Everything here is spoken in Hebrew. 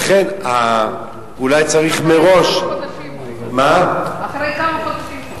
לכן, אולי צריך מראש, כמה חודשים.